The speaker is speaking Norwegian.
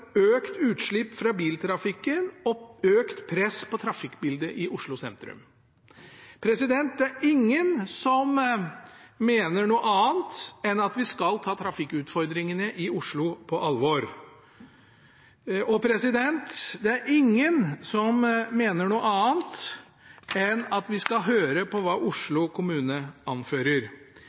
økt utslipp fra biltrafikken og økt press på trafikkbildet i Oslo sentrum. Det er ingen som mener noe annet enn at vi skal ta trafikkutfordringene i Oslo på alvor. Det er ingen som mener noe annet enn at vi skal høre på hva Oslo kommune anfører.